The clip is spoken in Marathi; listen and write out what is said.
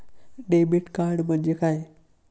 डेबिट कार्ड म्हणजे काय?